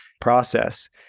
process